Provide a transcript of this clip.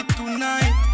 tonight